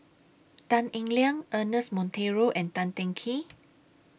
Tan Eng Liang Ernest Monteiro and Tan Teng Kee